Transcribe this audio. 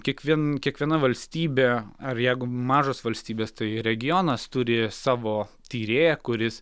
kiekvien kiekviena valstybė ar jeigu mažos valstybės tai regionas turi savo tyrėją kuris